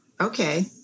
Okay